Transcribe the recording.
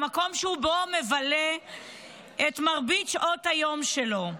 למקום שבו הוא מבלה את מרבית שעות היום שלו.